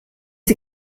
sie